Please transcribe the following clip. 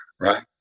right